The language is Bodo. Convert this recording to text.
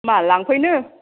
मा लांफैनो